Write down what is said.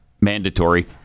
mandatory